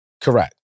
Correct